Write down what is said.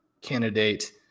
candidate